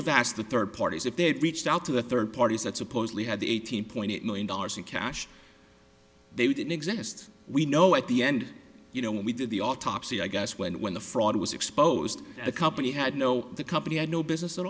have asked the third parties if they had reached out to the third parties that supposedly had the eighteen point eight million dollars in cash they didn't exist we know at the end you know when we did the autopsy i guess when when the fraud was exposed the company had no the company had no business at